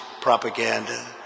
propaganda